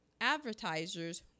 advertisers